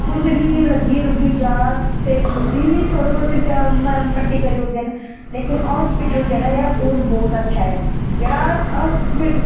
कुसे गी लग्गी जाए ते उसी बी थोह्डे़ बहुते मरहम पट्टी करी ओड़दे ना लेकिन हाॅस्पिटल जेहडे़ ऐ ओह् बहुत अच्छा ऐ जेहड़ा हाॅस्पिटल